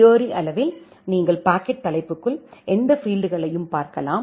தியரிளவில் நீங்கள் பாக்கெட் தலைப்புக்குள் எந்த பீல்ட்களையையும் பார்க்கலாம்